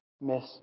miss